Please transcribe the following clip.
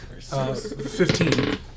Fifteen